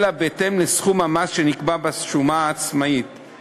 אלא בהתאם לסכום המס שנקבע בשומה העצמית.